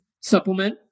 supplement